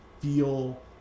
feel